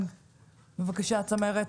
בבקשה, צמרת.